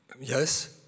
Yes